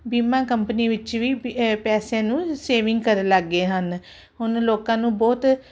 ਬੀਮਾ ਕੰਪਨੀ ਵਿੱਚ ਵੀ ਪੈਸਿਆਂ ਨੂੰ ਸੇਵਿੰਗ ਕਰਨ ਲੱਗ ਗਏ ਹਨ ਹੁਣ ਲੋਕਾਂ ਨੂੰ ਬਹੁਤ